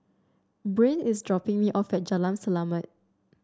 Brynn is dropping me off at Jalan Selamat